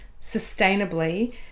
sustainably